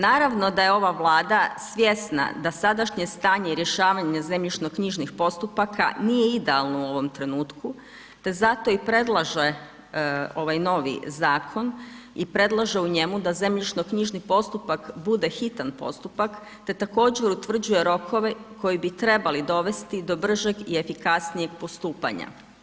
Naravno da je ova vlada, svjesna da sadašnje stanje i rješavanje zemljišnog knjižnih postupaka, nije idealno u ovom trenutku te zato i predlaže ovaj novi zakon, i predlaže u njemu, da zemljišno knjižni postupak bude hitan postupak, te također utvrđuje rokove, koji bi trebali dovesti do bržeg i efikasnijeg postupanja.